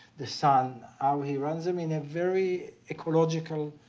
the sun. how he runs them in a very ecological,